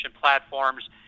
platforms